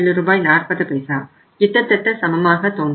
40 கிட்டத்தட்ட சமமாக தோன்றும்